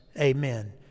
amen